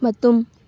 ꯃꯇꯨꯝ